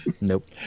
Nope